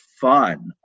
fun